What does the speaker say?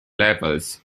levels